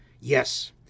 yes